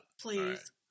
Please